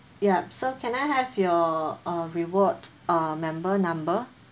yup so can I have your uh reward uh member number